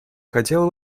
хотела